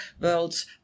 world's